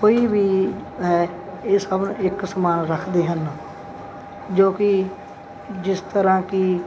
ਕੋਈ ਵੀ ਹੈ ਇਹ ਸਭ ਇੱਕ ਸਮਾਨ ਰੱਖਦੇ ਹਨ ਜੋ ਕਿ ਜਿਸ ਤਰ੍ਹਾਂ ਕਿ